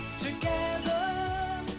Together